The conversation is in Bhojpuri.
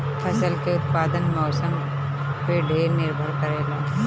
फसल के उत्पादन मौसम पे ढेर निर्भर करेला